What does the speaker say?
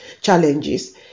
challenges